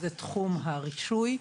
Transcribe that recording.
שזה תחום הרישוי,